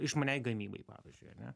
išmaniai gamybai pavyzdžiui ane